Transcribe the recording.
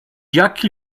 jaki